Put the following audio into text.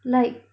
like